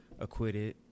Acquitted